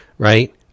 right